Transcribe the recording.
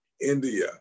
India